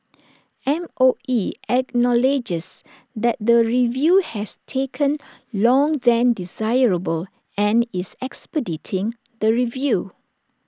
M O E acknowledges that the review has taken long than desirable and is expediting the review